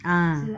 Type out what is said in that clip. ah